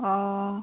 অঁ